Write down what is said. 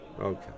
Okay